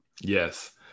Yes